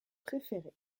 préférés